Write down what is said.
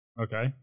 okay